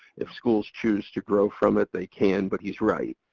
if schools choose to grow from it they can, but he's right.